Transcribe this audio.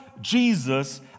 Jesus